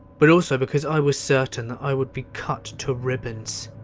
but also because i was certain that i would be cut to ribbons.